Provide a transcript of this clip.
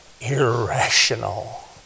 Irrational